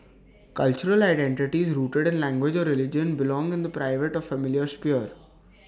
cultural identities rooted in language or religion belong in the private or familial sphere